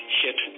hit